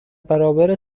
برابر